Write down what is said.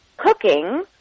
cooking